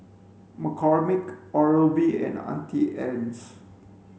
McCormick Oral B and Auntie Anne's